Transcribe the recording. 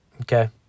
okay